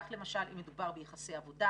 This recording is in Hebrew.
כך למשל אם מדובר ביחסי עבודה,